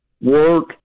work